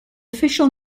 official